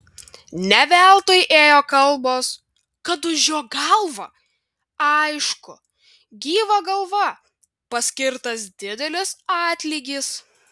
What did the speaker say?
ne veltui ėjo kalbos kad už jo galvą aišku gyvą galvą paskirtas didelis atlygis